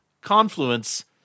Confluence